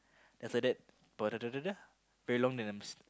after that very long